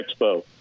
expo